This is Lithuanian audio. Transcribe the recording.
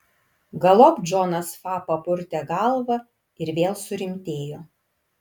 galop džonas fa papurtė galvą ir vėl surimtėjo